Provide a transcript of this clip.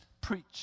Preach